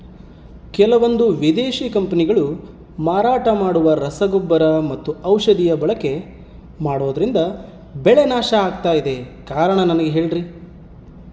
ಕೆಲವಂದು ವಿದೇಶಿ ಕಂಪನಿಗಳು ಮಾರಾಟ ಮಾಡುವ ರಸಗೊಬ್ಬರ ಮತ್ತು ಔಷಧಿ ಬಳಕೆ ಮಾಡೋದ್ರಿಂದ ಬೆಳೆ ನಾಶ ಆಗ್ತಾಇದೆ? ಕಾರಣ ನನಗೆ ಹೇಳ್ರಿ?